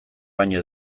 baino